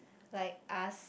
like ask